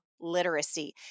literacy